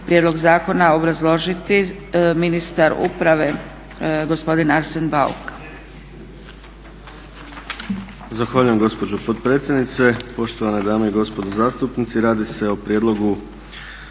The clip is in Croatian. prijedlog zakona obrazložiti ministar uprave gospodin Arsen Bauk.